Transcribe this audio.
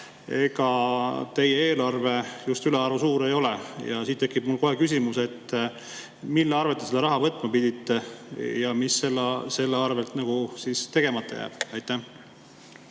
ega teie eelarve just ülearu suur ei ole. Siinkohal tekib mul kohe küsimus, mille arvel te seda raha võtma pidite ja mis selle tõttu tegemata jääb. Aitäh,